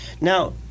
Now